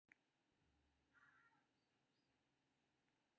निवेशक लिजाज सं सोना अनेक देश मे सबसं सुरक्षित निवेश छियै